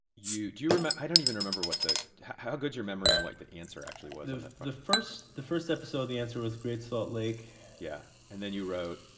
you do you i don't even remember what the how good your memory on what the answer actually was the first the first episode, the answer was great salt lake yeah. and then you wrote.